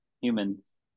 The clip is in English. humans